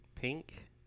Pink